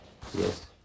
Yes